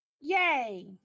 Yay